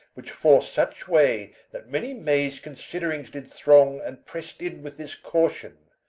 which forc'd such way, that many maz'd considerings, did throng and prest in with this caution.